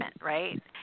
right